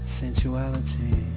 sensuality